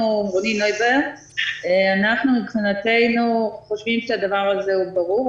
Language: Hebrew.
אנחנו, מבחינתנו חושבים שהדבר הזה הוא ברור.